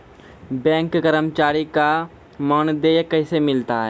Bank कर्मचारी का मानदेय कैसे मिलता हैं?